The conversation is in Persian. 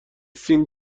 سین